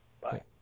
Bye